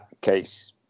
case